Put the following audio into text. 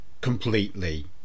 completely